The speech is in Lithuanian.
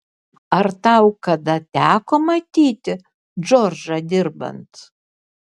ar tau kada teko matyti džordžą dirbant